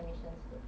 good job